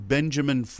Benjamin